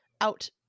out